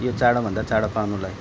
यो चाँडोभन्दा चाँडो पाउनलाई